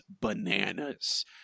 bananas